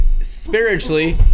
spiritually